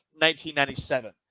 1997